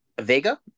Vega